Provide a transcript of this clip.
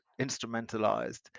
instrumentalized